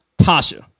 Tasha